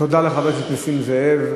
תודה לחבר הכנסת נסים זאב.